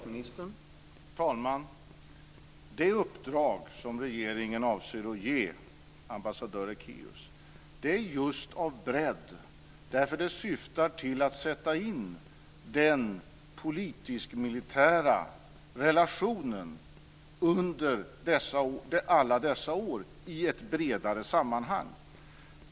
Herr talman! Det uppdrag som regeringen avser att ge ambassadör Ekéus är just av bredd. Det syftar till att sätta in den politisk-militära relationen under alla dessa år i ett bredare sammanhang.